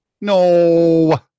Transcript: No